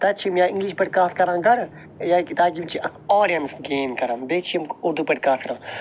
تتہ چھِ یِم یا اِنٛگلِش پٲٹھۍ کتھ کران گَڑٕ تاکہ یِم چھِ اکھ آڑیَنٕز گین کَران بیٚیہِ چھِ یِم اردو پٲٹھۍ کتھ کران